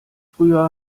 früher